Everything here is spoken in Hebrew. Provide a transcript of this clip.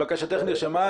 בקשתך נרשמה.